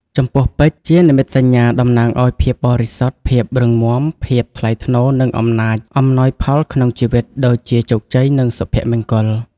ចំពោះ ពេជ្រ ជានិមិត្តសញ្ញាតំណាងឲ្យភាពបរិសុទ្ធ ភាពរឹងមាំ ភាពថ្លៃថ្នូរ និងអំណាច អំណោយផលក្នុងជីវិត ដូចជាជោគជ័យ និងសុភមង្គល។